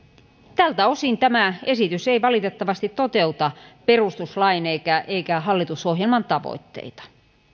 tältä osin tämä esitys ei valitettavasti toteuta perustuslain eikä hallitusohjelman tavoitteita